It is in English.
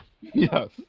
Yes